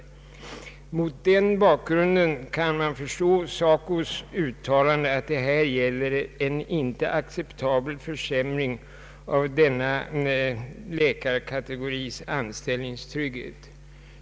Mot den bakgrunden kan man förstå SACO:s uttalande att det här gäller en inte acceptabel försämring av denna läkarkategoris anställningstrygghet.